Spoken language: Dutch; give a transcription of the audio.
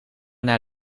naar